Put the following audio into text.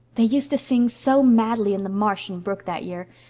they used to sing so madly in the marsh and brook that year.